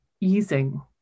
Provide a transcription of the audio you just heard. easing